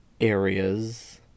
areas